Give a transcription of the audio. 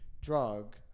drug